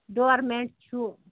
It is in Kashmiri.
ڈور میٹ چھُ